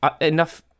enough